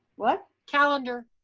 what? calendar?